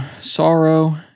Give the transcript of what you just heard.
sorrow